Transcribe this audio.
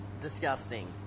disgusting